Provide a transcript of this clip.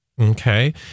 Okay